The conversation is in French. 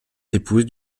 épouse